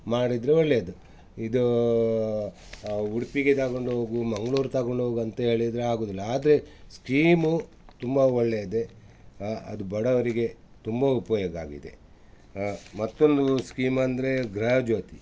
ಮಾಡಿದರೆ ಒಳ್ಳೆಯದು ಇದು ಉಡುಪಿಗೆ ತಗೊಂಡು ಹೋಗು ಮಂಗ್ಳೂರು ತಗೊಂಡು ಹೋಗು ಅಂತ ಹೇಳಿದರೆ ಆಗುವುದಿಲ್ಲ ಆದರೆ ಸ್ಕೀಮು ತುಂಬ ಒಳ್ಳೆಯದೇ ಹಾಂ ಅದು ಬಡವರಿಗೆ ತುಂಬ ಉಪಯೋಗ ಆಗಿದೆ ಹಾಂ ಮತ್ತೊಂದು ಸ್ಕೀಮ್ ಅಂದರೆ ಗೃಹಜ್ಯೋತಿ